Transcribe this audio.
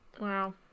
Wow